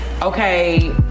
Okay